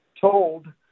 told